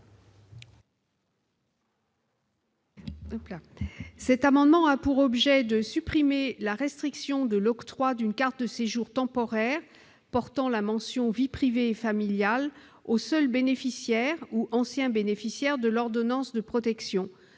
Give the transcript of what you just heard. Cet amendement vise à supprimer la restriction de l'octroi d'une carte de séjour temporaire portant la mention « vie privée et familiale » aux seuls bénéficiaires ou anciens bénéficiaires d'une ordonnance de protection.